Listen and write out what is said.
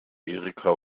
erika